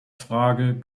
frage